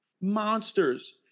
Monsters